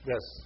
Yes